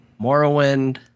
Morrowind